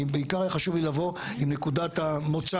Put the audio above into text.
אני בעיקר היה חשוב לי לבוא עם נקודת המוצא,